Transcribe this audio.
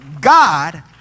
God